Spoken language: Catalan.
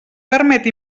permet